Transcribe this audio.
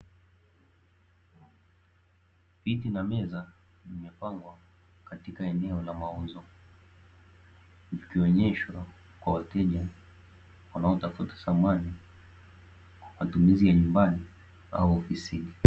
Viti na meza vimevyopangwa katika eneo la mauzo, vikionyeshwa kwa wateja wanaotafuta samani kwa matumizi ya nyumbani au ofisini.